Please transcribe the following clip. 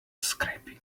scraping